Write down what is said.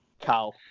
Cow